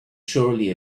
surely